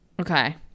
Okay